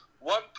one